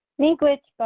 megwich,